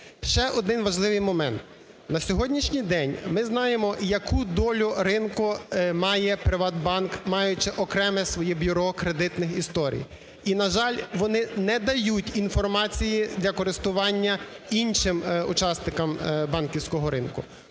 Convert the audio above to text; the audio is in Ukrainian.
Ще один важливий момент. На сьогоднішній день ми знаємо, яку долю ринку має "ПриватБанк", маючи окреме своє бюро кредитних історій, і, на жаль, вони не дають інформації для користування іншим учасникам банківського ринку.